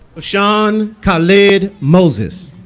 joshawn kilead moses